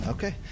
Okay